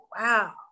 wow